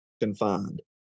confined